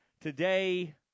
today